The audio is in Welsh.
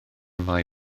mae